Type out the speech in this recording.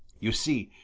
you see,